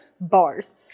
Bars